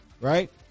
right